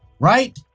right? wr